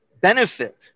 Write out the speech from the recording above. benefit